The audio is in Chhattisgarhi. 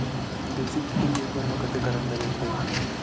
देशी कुकरी एक बार म कतेकन अंडा देत होही?